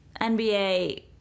NBA